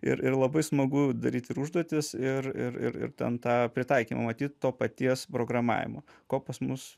ir ir labai smagu daryt ir užduotis ir ir ir ir ten tą pritaikymą matyt to paties programavimo ko pas mus